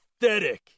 pathetic